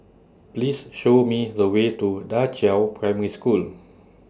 Please Show Me The Way to DA Qiao Primary School